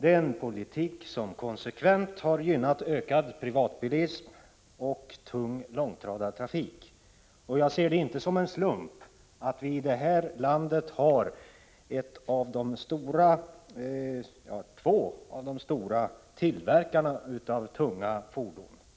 Det är en politik som genomgående har gynnat ökad privatbilism och tung långtradartrafik. Jag ser det inte som en slump att vi i Sverige har två av de stora tillverkarna av tunga fordon i Europa.